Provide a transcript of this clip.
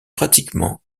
pratiquement